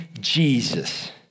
Jesus